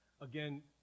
Again